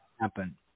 happen